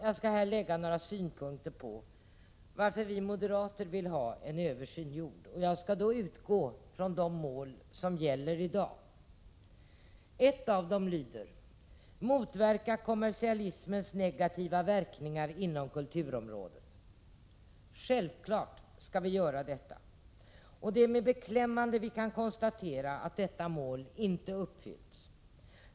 Jag skall här lägga några synpunkter på varför vi moderater vill ha en översyn gjord, och jag skall då utgå från de mål som i dag gäller. Ett av målen lyder: Motverka kommersialismens negativa verkningar inom kulturområdet. Självfallet skall vi göra detta, och det är med beklämmande vi kan konstatera att detta mål inte uppfyllts.